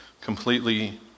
completely